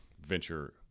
venture